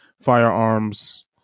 firearms